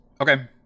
Okay